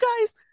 guys